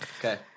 okay